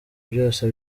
byose